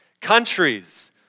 Countries